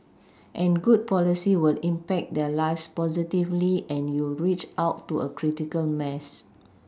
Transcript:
a good policy will impact their lives positively and you'll reach out to a critical mass